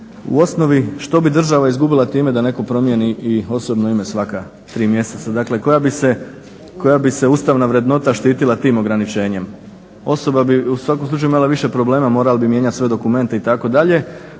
u osnovi što bi država izgubila time da netko promijeni i osobno ime svaka tri mjeseca, dakle koja bi se ustavna vrednota štitila tim ograničenjem. Osoba bi u svakom slučaju imala više problema, morala bi mijenjati sve dokumenta itd.